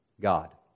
God